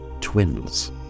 twins